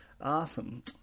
Awesome